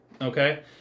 okay